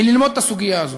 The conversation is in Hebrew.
מללמוד את הסוגיה הזאת,